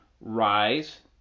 rise